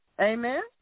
Amen